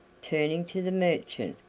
turning to the merchant,